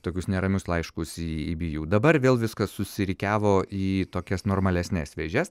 tokius neramius laiškus į by ju dabar vėl viskas susirikiavo į tokias normalesnes vėžes